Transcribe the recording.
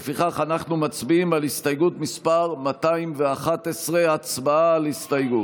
לפיכך אנחנו מצביעים על הסתייגות 211. הצבעה על הסתייגות.